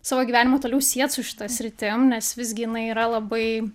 savo gyvenimą toliau siet su šita sritim nes visgi jinai yra labai